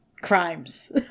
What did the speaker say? crimes